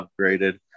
upgraded